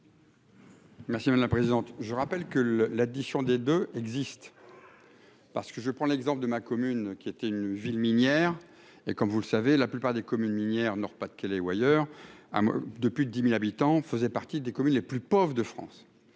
National la présente, je rappelle que l'addition des deux existe parce que je prends l'exemple de ma commune qui était une ville minière et comme vous le savez, la plupart des communes minières Nord-Pas de Calais ou ailleurs à de plus de 10000 habitants faisaient partie des communes les plus pauvres de France